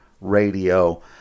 Radio